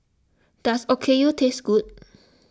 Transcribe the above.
does Okayu taste good